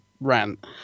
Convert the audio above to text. rant